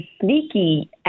sneaky